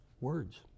words